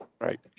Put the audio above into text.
Right